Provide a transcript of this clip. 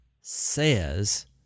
says